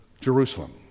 Jerusalem